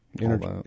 energy